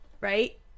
right